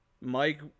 mike